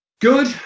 good